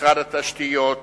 משרד התשתיות,